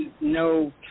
no